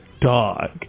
dog